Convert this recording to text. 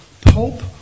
Pope